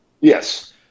Yes